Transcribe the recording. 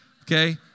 Okay